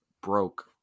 broke